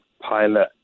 pilot